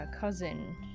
cousin